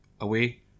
away